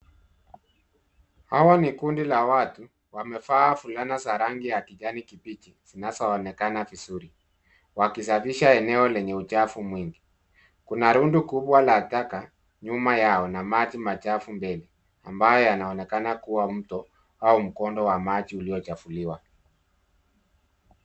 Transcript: Hawa ni kundi la watu, wamevaa fulana za rangi ya kijani kibichi zinazonekana vizuri wakisafisha eneo lenye uchafu mwingi. Kuna rundu kubwa la taka nyuma yao na maji machafu mbele ambayo yanaonekana kuwa mto au mkondo wa maji uliochafuliwa.